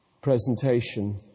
presentation